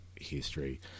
history